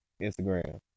Instagram